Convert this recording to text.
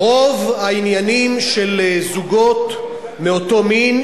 רוב העניינים של זוגות מאותו מין,